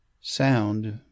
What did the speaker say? Sound